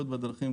בדרכים.